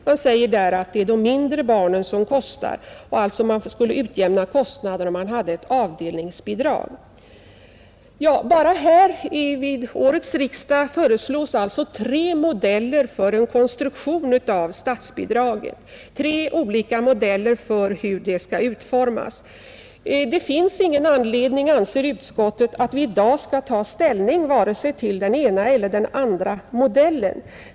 Där sägs att det är de mindre barnen som kostar mest och att man skulle kunna utjämna kostnaderna genom att införa ett avdelningsbidrag. Bara vid årets riksdag föreslås alltså tre olika modeller för hur statsbidraget skall utformas. Det finns ingen anledning, anser utskottet, att i dag ta ställning vare sig till den ena eller andra modellen.